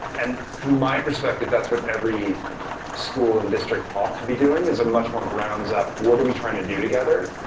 and from my perspective, that's what every school and district ought to be doing is a much more grounds up, what are we trying to do together,